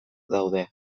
daude